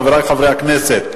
חברי חברי הכנסת,